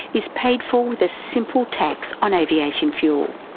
is paid for with a simple tax on aviation fuel.